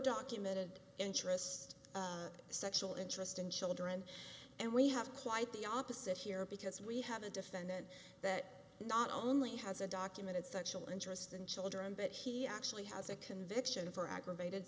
documented interest sexual interest in children and we have quite the opposite here because we have a defendant that not only has a documented sexual interest in children but he actually has a conviction for aggravated